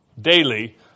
daily